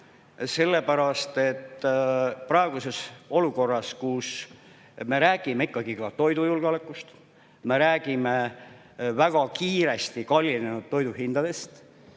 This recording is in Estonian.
sellepärast et praeguses olukorras, kus me räägime ikkagi ka toidujulgeolekust, me räägime väga kiiresti kallinenud toiduhindadest,